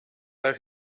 where